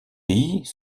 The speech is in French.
pays